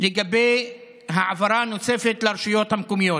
על העברה נוספת לרשויות המקומיות.